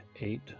eight